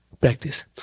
practice